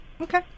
Okay